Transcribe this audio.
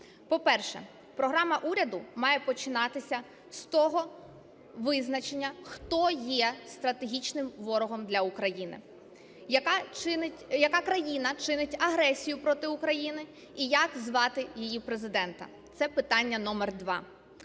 По-перше, програма уряду має починатися з того визначення, хто є стратегічним ворогом для України, яка країна чинить агресію проти України і як звати її Президента. Це питання номер два.